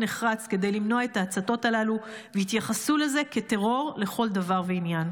נחרץ כדי למנוע את ההצתות הללו ויתייחסו לזה כטרור לכל דבר ועניין.